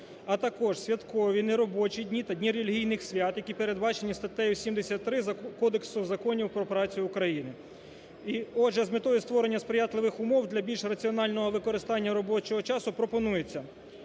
а також святкові, неробочі дні та дні релігійний свят, які передбачені статтею 73 Кодексу Законів про працю України. Отже, з метою створення сприятливих умов для більш раціонального використання робочого часу пропонується